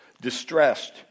distressed